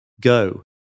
go